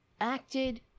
Acted